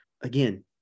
again